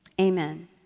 Amen